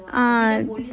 ah